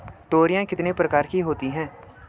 तोरियां कितने प्रकार की होती हैं?